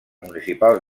municipals